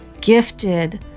gifted